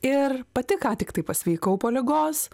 ir pati ką tiktai pasveikau po ligos